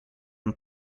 and